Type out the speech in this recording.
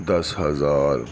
دس ہزار